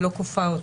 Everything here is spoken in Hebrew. היא לא כופה אותם.